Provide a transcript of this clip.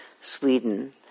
Sweden